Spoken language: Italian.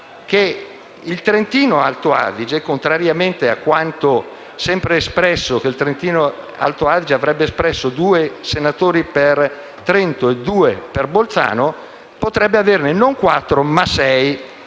il Trentino-Alto Adige, contrariamente a quanto sempre sostenuto (cioè che tale Regione avrebbe espresso due senatori per Trento e due per Bolzano), potrebbe averne non quattro, ma sei.